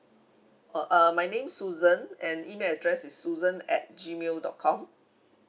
oh uh my name susan and email address is susan at G mail dot com